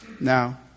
Now